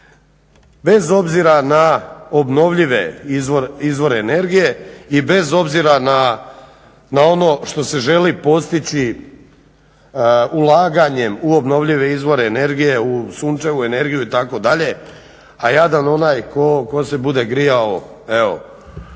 Bez obzira na obnovljive izvore energije i bez obzira na ono što se želi postići ulaganjem u obnovljive izvore energije u sunčevu energiju itd., a jadan onaj tko se bude grijao u